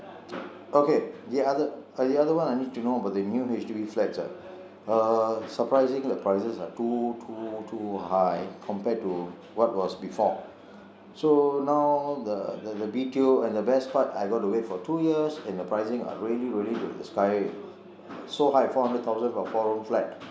okay the other the other one I need to know about the new H_D_B flats uh surprising the prices are too too too high compared to what was before so now th~ th~ the B_T_O and the best part I got to wait for two years and the pricing are really really in the sky so high four hundred thousand for a four room flat